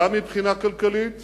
גם מבחינה כלכלית